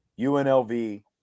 UNLV